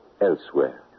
Elsewhere